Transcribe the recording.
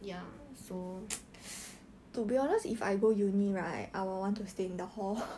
ya so